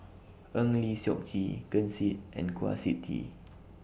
Eng Lee Seok Chee Ken Seet and Kwa Siew Tee